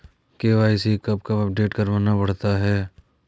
KYC कब कब update करवाना पड़ता है?